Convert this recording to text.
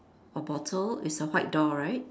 a bottle is a white door right